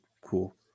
cool